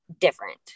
different